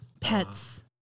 Pets